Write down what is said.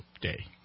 Day